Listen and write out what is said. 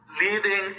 leading